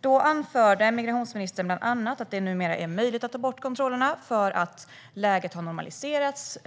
Då anförde migrationsministern bland annat att det nu är möjligt att ta bort kontrollerna då läget har normaliserats.